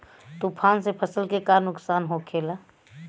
तूफान से फसल के का नुकसान हो खेला?